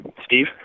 Steve